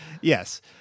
Yes